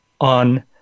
on